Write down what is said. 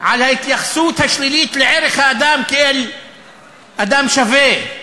על ההתייחסות השלילית לערך האדם, כאל אדם שווה.